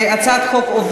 לא שמעתי.